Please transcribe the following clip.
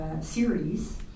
series